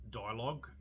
dialogue